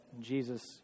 Jesus